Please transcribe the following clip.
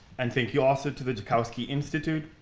and thank you also to the joukowsky institute,